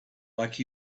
like